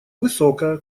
высокая